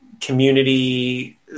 community